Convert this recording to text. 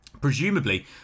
Presumably